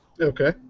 Okay